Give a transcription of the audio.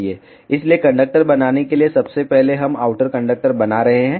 इसलिए कंडक्टर बनाने के लिए सबसे पहले हम आउटर कंडक्टर बना रहे हैं